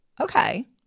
Okay